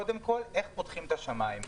קודם כל איך פותחים את השמיים.